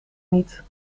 niet